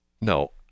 no